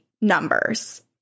numbers